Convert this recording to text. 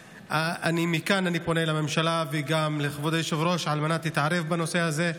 מכאן אני פונה לממשלה וגם לכבוד היושב-ראש להתערב בנושא הזה,